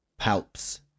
Palps